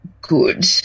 good